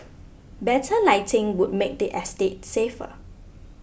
better lighting would make the estate safer